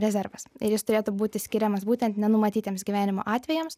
rezervas ir jis turėtų būti skiriamas būtent nenumatytiems gyvenimo atvejams